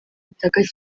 butaka